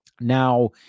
Now